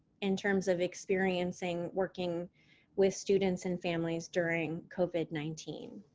in terms of experiencing working with students and families during covid nineteen?